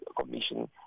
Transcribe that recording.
Commission